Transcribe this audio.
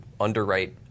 underwrite